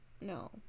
No